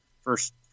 first